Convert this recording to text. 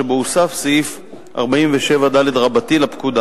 שבו הוסף סעיף 47ד לפקודה.